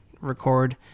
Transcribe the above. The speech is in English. record